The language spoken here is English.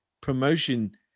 promotion